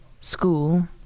school